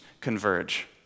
converge